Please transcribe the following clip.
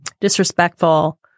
Disrespectful